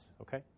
okay